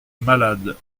malade